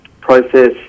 process